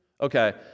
Okay